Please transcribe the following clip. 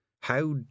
How